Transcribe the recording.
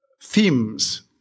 themes